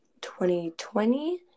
2020